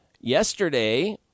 Yesterday